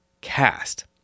cast